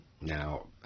Now